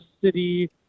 city